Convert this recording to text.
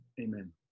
amen